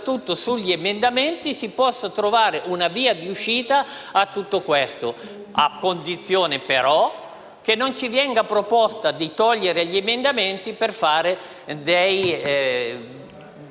soprattutto di esame degli emendamenti si possa trovare una via d'uscita a tutto questo; a condizione però che non ci venga proposto di ritirare gli emendamenti per trasformarli